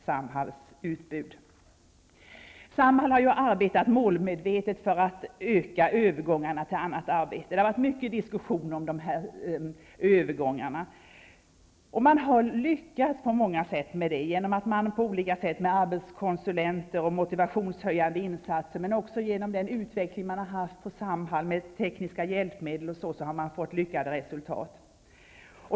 Samhall har arbetat målmedvetet för att öka övergångarna till annat arbete, och detta har diskuterats mycket. Genom arbetskonsulter och motivationshöjande insatser men också genom utvecklingen på Samhall med tekniska hjälpmedel har man nått lyckade resultat.